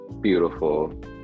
Beautiful